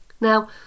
Now